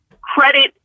credit